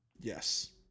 Yes